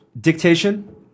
Dictation